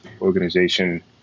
organization